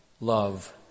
love